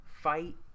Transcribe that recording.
fight